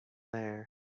there